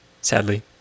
sadly